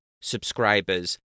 subscribers